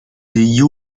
die